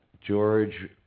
George